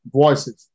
voices